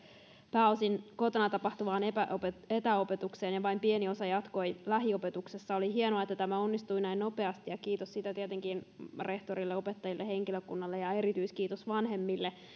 pääosin kotona tapahtuvaan etäopetukseen etäopetukseen ja vain pieni osa jatkoi lähiopetuksessa oli hienoa että tämä onnistui näin nopeasti ja kiitos siitä tietenkin rehtoreille opettajille henkilökunnalle ja erityiskiitos vanhemmille